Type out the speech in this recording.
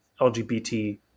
LGBT